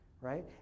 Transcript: right